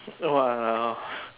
!walao!